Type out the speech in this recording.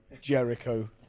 Jericho